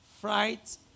fright